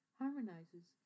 harmonizes